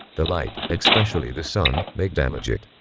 the light, expecially the sun, may damage it